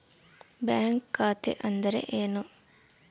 Bank ಖಾತೆ ಅಂದರೆ ಏನು?